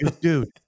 dude